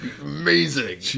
Amazing